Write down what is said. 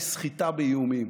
היא סחיטה באיומים.